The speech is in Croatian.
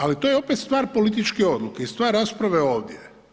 Ali to je opet stvar političke odluke i stvar rasprave ovdje.